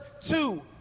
two